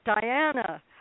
Diana